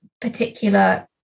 particular